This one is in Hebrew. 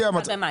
31 במאי.